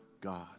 God